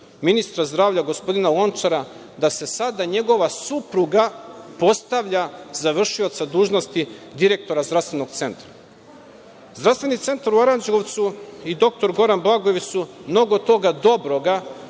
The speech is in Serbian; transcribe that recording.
ministra zdravlja gospodina Lončara, da se sada njegova supruga postavlja za v.d. direktora zdravstvenog centra? Zdravstveni centar u Aranđelovcu i dr Goran Blagojević su mnogo toga dobroga